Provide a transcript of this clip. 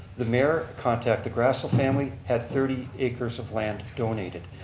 the mayor contact the grassl family, had thirty acres of land donated.